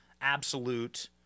Absolute